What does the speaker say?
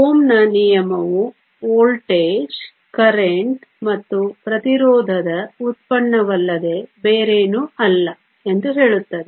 ಓಮ್ನಿನಿಯಮವು voltage current ಮತ್ತು ಪ್ರತಿರೋಧದ ಉತ್ಪನ್ನವಲ್ಲದೆ ಬೇರೇನೂ ಅಲ್ಲ ಎಂದು ಹೇಳುತ್ತದೆ